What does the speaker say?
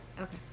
Okay